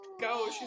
go